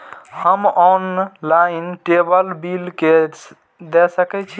हम ऑनलाईनटेबल बील दे सके छी?